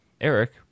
Eric